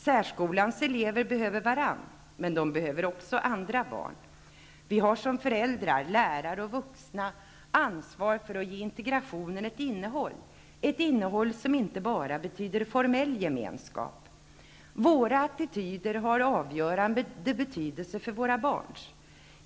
Särskolans elever behöver varandra, men de behöver också andra barn. Vi har som föräldrar, lärare och vuxna ansvar för att ge integrationen ett innehåll, som inte bara betyder formell gemenskap. Våra attityder har avgörande betydelse för våra barn.